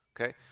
okay